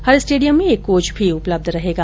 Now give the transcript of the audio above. हर stadium में एक coach भी उपलब्ध रहेगा